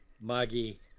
Maggie